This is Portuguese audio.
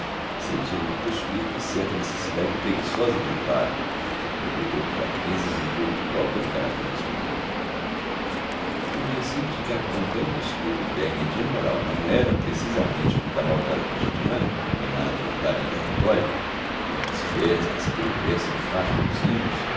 sentia-me possuído de certa necessidade preguiçosa de amparo volúpia de fraqueza em rigor imprópria do caráter masculino convencido de que a campanha do estudo e da energia moral não era precisamente uma cavalgada cotidiana animada pelo clarim da retórica como nas festas e pelo verso enfático dos hinos